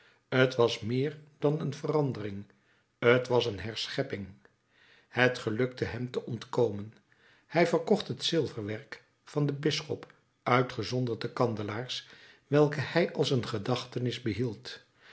t was meer dan een verandering t was een herschepping het gelukte hem te ontkomen hij verkocht het zilverwerk van den bisschop uitgezonderd de kandelaars welke hij als een gedachtenis behield